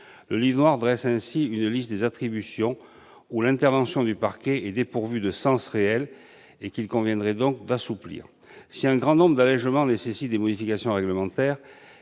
Le « livre noir » dresse ainsi une liste des attributions pour lesquelles l'intervention du parquet est dépourvue de sens réel et qu'il conviendrait donc d'assouplir. Si un grand nombre d'allégements nécessitent des modifications réglementaires,